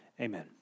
Amen